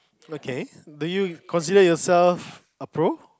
okay do you consider yourself a pro